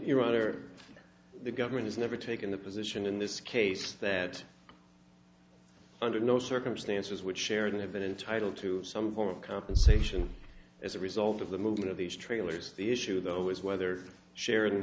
rather the government has never taken the position in this case that under no circumstances would sheridan have been entitled to some form of compensation as a result of the movement of these trailers the issue though is whether sharon